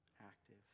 active